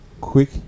Quick